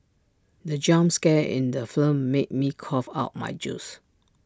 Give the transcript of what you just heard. the jump scare in the film made me cough out my juice